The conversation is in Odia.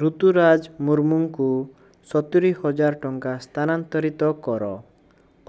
ରୁତୁରାଜ୍ ମୁର୍ମୁଙ୍କୁ ସତୁରି ହଜାର ଟଙ୍କା ସ୍ଥାନାନ୍ତରିତ କର